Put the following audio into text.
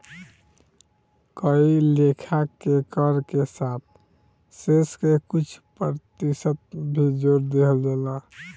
कए लेखा के कर के साथ शेष के कुछ प्रतिशत भी जोर दिहल जाला